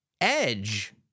Edge